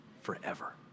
forever